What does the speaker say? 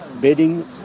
bedding